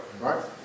right